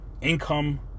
income